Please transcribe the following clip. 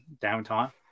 downtime